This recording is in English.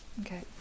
Okay